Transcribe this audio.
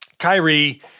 Kyrie